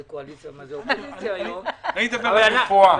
קואליציה ומה זה אופוזיציה היום --- אני מדבר על הרפואה,